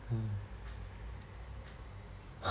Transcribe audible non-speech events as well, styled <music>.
<breath>